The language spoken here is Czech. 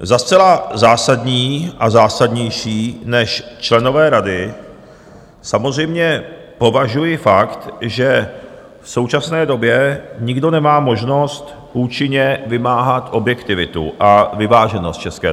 Za zcela zásadní, a zásadnější než členové rady, samozřejmě považuji fakt, že v současné době nikdo nemá možnost účinně vymáhat objektivitu a vyváženost České televize.